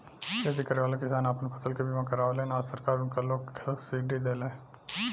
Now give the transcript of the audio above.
खेती करेवाला किसान आपन फसल के बीमा करावेलन आ सरकार उनका लोग के सब्सिडी देले